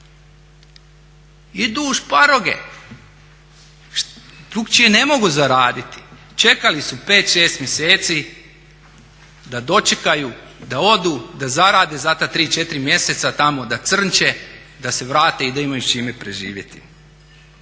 Idu šparoge. Drukčije ne mogu zaraditi, čekali su 5, 6 mjeseci da dočekaju, da odu, da zarade za ta 3, 4 mjeseca tamo da crnče, da se vrate i da imaju sa čime preživjeti.